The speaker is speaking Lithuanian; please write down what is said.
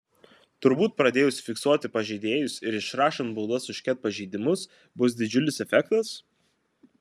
turbūt pradėjus fiksuoti pažeidėjus ir išrašant baudas už ket pažeidimus bus didžiulis efektas